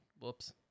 whoops